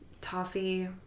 toffee